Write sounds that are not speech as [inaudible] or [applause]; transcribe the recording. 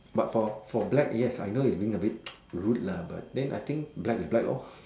but for for black yes I know it's being a bit [noise] rude lah but then I think black is black lor